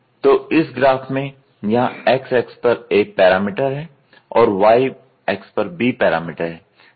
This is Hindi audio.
तो इस ग्राफ में यहां x अक्ष पर A पैरामिटर है और y अक्ष पर B पैरामिटर है